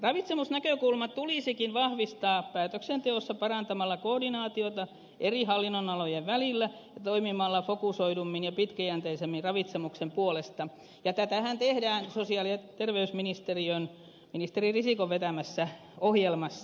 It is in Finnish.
ravitsemusnäkökulmaa tulisikin vahvistaa päätöksenteossa parantamalla koordinaatiota eri hallinnonalojen välillä ja toimimalla fokusoidummin ja pitkäjänteisemmin ravitsemuksen puolesta ja tätähän tehdään sosiaali ja terveysministeriön ministeri risikon vetämässä ohjelmassa